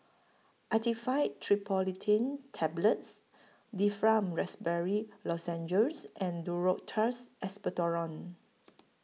Actifed Triprolidine Tablets Difflam Raspberry Lozenges and Duro Tuss Expectorant